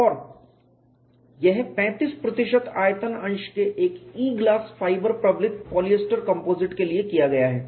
और यह 35 प्रतिशत आयतन अंश के एक E ग्लास फाइबर प्रबलित पॉलिएस्टर कंपोजिट के लिए किया गया है